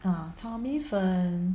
ah 炒米粉